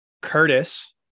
Curtis